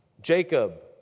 Jacob